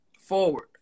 forward